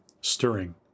stirring